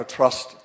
trust